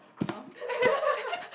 no